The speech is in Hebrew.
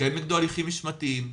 לקיים נגדו הליכים משמעתיים,